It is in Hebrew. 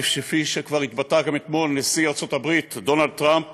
כפי שכבר התבטא גם אתמול נשיא ארצות הברית דונלד טראמפ